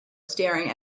staring